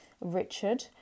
Richard